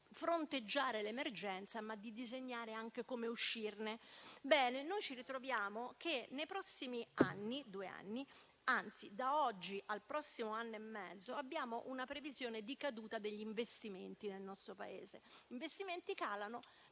fronteggiare l'emergenza, ma anche di disegnare come uscirne. Noi ci ritroviamo che nei prossimi due anni, anzi da oggi al prossimo anno e mezzo, abbiamo una previsione di caduta degli investimenti nel nostro Paese. Gli investimenti calano